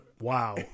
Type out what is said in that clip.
wow